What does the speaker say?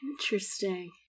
Interesting